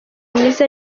myiza